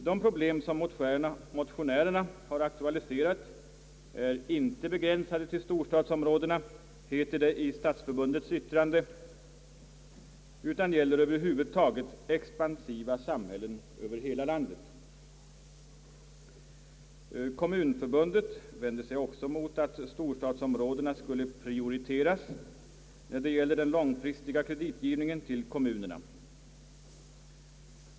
De problem som motionärerna har aktualiserat är inte begränsade till storstadsområdena, heter det i stadsförbundets yttrande, utan gäller över huvud taget expansiva samhällen över hela landet. Kommunförbundet vänder sig också mot att storstadsområdena skulle prioriteras när det gäller den långfristiga kreditgivningen till kommunerna.